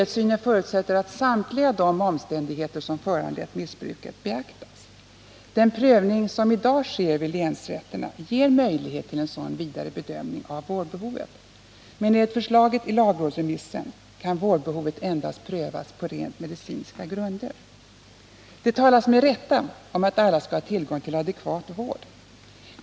Helhetssynen förutsätter att samtliga de omständigheter som föranlett missbruket beaktas. Den prövning som i dag sker vid länsrätterna ger möjlighet till en sådan vidare bedömning av vårdbehovet. Men enligt förslaget i lagrådsremissen kan vårdbehovet endast prövas på rent medicinska grunder. Det talas med rätta om att alla skall ha tillgång till adekvat vård.